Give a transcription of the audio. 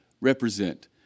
represent